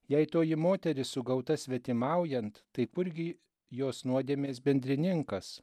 jei toji moteris sugauta svetimaujant tai kurgi jos nuodėmės bendrininkas